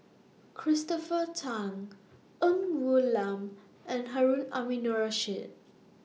Christopher Tan Ng Woon Lam and Harun Aminurrashid